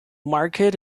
market